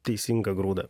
teisingą grūdą